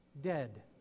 dead